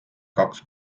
kaks